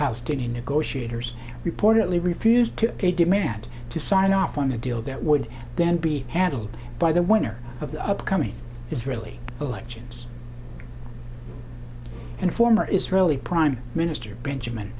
palestinian negotiators reportedly refused to a demand to sign off on a deal that would then be handled by the winner of the upcoming israeli elections and former israeli prime minister benjamin